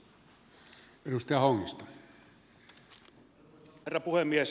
arvoisa herra puhemies